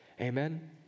amen